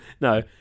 no